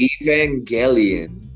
Evangelion